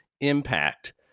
impact